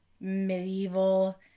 Medieval